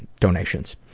donations.